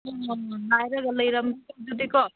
ꯉꯥꯏꯔꯒ ꯂꯩꯔꯝ ꯑꯗꯨꯗꯤ ꯀꯣ